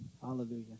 hallelujah